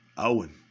Owen